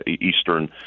eastern